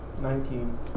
Nineteen